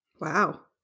Wow